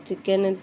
chicken